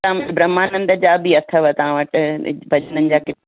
त ब्रम्हा नंद जा बि अथव तव्हां वटि भॼननि जा किताब